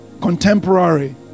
contemporary